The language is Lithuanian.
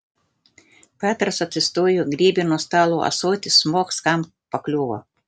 petras atsistojo griebė nuo stalo ąsotį smogs kam pakliuvo